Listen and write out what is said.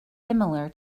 similar